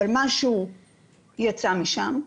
אבל משהו יצא משם.